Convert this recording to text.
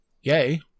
yay